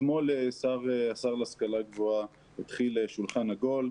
אתמול השר להשכלה גבוהה התחיל שולחן עגול,